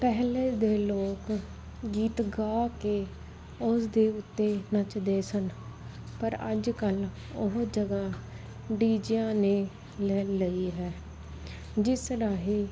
ਪਹਿਲੇ ਦੇ ਲੋਕ ਗੀਤ ਗਾ ਕੇ ਉਸ ਦੇ ਉੱਤੇ ਨੱਚਦੇ ਸਨ ਪਰ ਅੱਜ ਕੱਲ ਉਹ ਜਗਹਾ ਡੀਜਿਆਂ ਨੇ ਲੈ ਲਈ ਹੈ ਜਿਸ ਰਾਹੀ